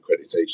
accreditation